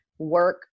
work